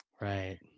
Right